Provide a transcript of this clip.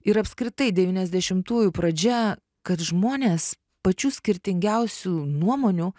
ir apskritai devyniasdešimtųjų pradžia kad žmonės pačių skirtingiausių nuomonių